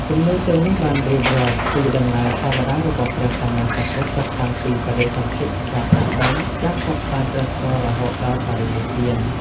គំនូរទាំងនេះបានរៀបរាប់ពីដំណើរសាវតារបស់ព្រះសម្មាសម្ពុទ្ធ ចាប់តាំងពីបដិសន្ថិ ការត្រាស់ដឹង ការផ្សព្វផ្សាយព្រះធម៌រហូតដល់បរិនិព្វាន។